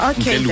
Okay